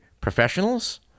professionals